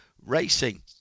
racing